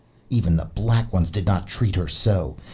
even the black ones did not treat her so.